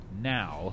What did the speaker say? now